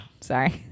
Sorry